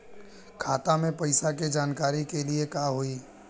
खाता मे पैसा के जानकारी के लिए का होई?